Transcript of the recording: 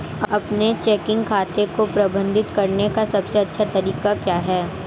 अपने चेकिंग खाते को प्रबंधित करने का सबसे अच्छा तरीका क्या है?